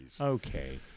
Okay